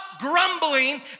grumbling